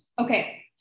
Okay